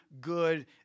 good